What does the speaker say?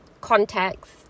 context